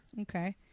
Okay